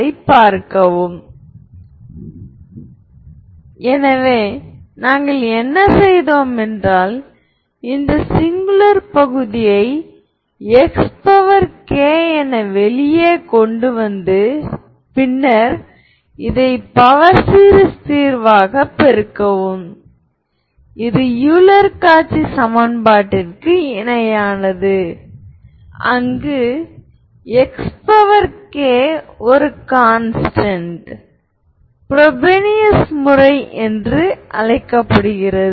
vi v v எனவே இது குறிப்பது λv v v v எனவே டாட் ப்ரோடக்ட் v அதாவது v v சமன்பாட்டின் இருபுறமும் உள்ளது இது இதை வகுக்கும்போது நமக்கு 1 ஐ அளிக்கிறது